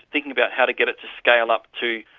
thinking about how to get it to scale up to.